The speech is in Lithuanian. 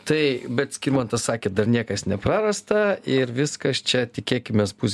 tai bet skirmantas sakė dar niekas neprarasta ir viskas čia tikėkimės bus